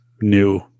new